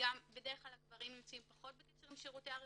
ובדרך כלל הגברים גם נמצאים פחות בקשר עם שירותי הרווחה.